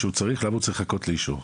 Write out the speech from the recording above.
למה הוא צריך לחכות לאישור.